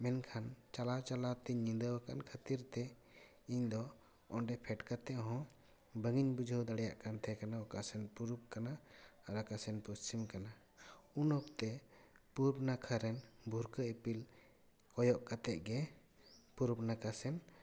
ᱢᱮᱱᱠᱷᱟᱱ ᱪᱟᱞᱟᱣ ᱪᱟᱞᱟᱣ ᱛᱮᱧ ᱧᱤᱫᱟᱹᱣᱟᱠᱟᱱ ᱠᱷᱟᱹᱛᱤᱨᱛᱮ ᱤᱧᱫᱚ ᱚᱸᱰᱮ ᱯᱷᱮᱰ ᱠᱟᱛᱮᱫᱦᱚᱸ ᱵᱟᱝᱼᱤᱧ ᱵᱩᱡᱷᱟᱹᱣ ᱫᱟᱲᱮᱭᱟᱜ ᱠᱟᱱ ᱛᱟᱦᱮᱸ ᱠᱟᱱᱟ ᱚᱠᱟ ᱥᱮᱱ ᱯᱩᱨᱩᱵ ᱠᱟᱱᱟ ᱟᱨ ᱟᱠᱟᱥᱮᱱ ᱯᱚᱥᱪᱚᱢ ᱠᱟᱱᱟ ᱩᱱ ᱚᱠᱛᱮ ᱯᱩᱨᱩᱵᱽ ᱱᱟᱠᱷᱟ ᱨᱮᱱ ᱵᱷᱩᱨᱠᱟᱹᱜ ᱤᱯᱤᱞ ᱠᱚᱭᱚᱜ ᱠᱟᱛᱮᱫ ᱜᱮ ᱯᱩᱨᱩᱵ ᱱᱟᱠᱷᱟ ᱥᱮᱱ